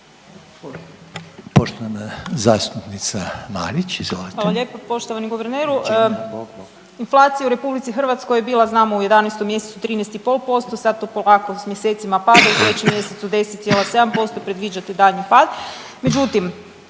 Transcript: Poštovana zastupnica Marić, izvolite. **Marić, Andreja (SDP)** Hvala lijepo. Poštovani guverneru. Inflacija u RH je bila znamo u 11. mjesecu 13,5% sad to polako mjesecima pada u 3. mjesecu 10,7% predviđate daljnji pad,